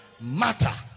matter